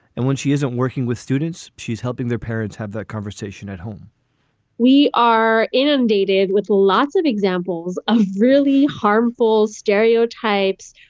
and when she isn't working with students, she's helping their parents have the conversation at home we are inundated with lots of examples of really harmful stereotypes.